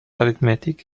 arithmetic